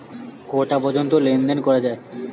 কটা পর্যন্ত লেন দেন করা য়ায়?